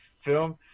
film